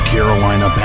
Carolina